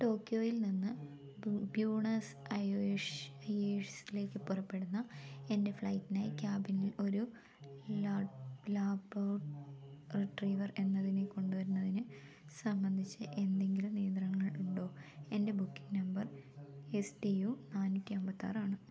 ടോക്കിയോയിൽ നിന്ന് ബ്യൂണസ് അയേഴ്സിലേക്ക് പുറപ്പെടുന്ന എൻ്റെ ഫ്ലൈറ്റിനായി കാബിനിൽ ഒരു ലാബ്രഡോർ റിട്രീവർ എന്നതിനെ കൊണ്ടുവരുന്നതിനെ സംബന്ധിച്ച് എന്തെങ്കിലും നിയന്ത്രണങ്ങൾ ഉണ്ടോ എൻ്റെ booking number S T U നാന്നൂറ്റി അമ്പത്താറാണ്